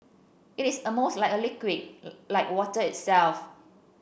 it is almost like a liquid like water itself